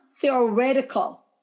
theoretical